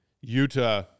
Utah